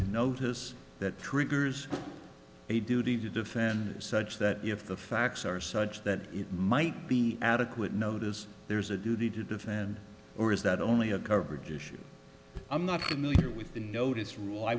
notice that triggers a duty to defend such that if the facts are such that it might be adequate notice there's a duty to defend or is that only a coverage issue i'm not familiar with the notice rule i